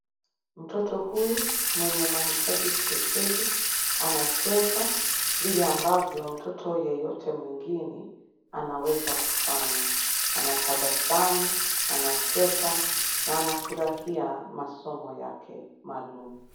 Mtoto huyu mwenye mahitaji spesheli anacheza vile ambavyo mtoto yeyote mwingine anaweza kufanya. Anatabasamu, anacheka na anafurahia masomo yake maalum.